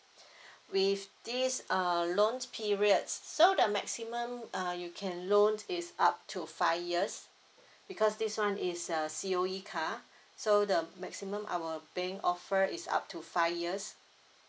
with this uh loan period s~ so the maximum uh you can loan is up to five years because this one is a C_O_E car so the maximum our bank offer is up to five years